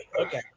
Okay